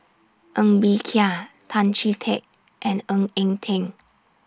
Ng Bee Kia Tan Chee Teck and Ng Eng Teng